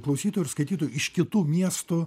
klausytojų ir skaitytojų iš kitų miestų